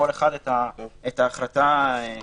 כל אחד את ההחלטה שנקבעה.